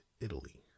Italy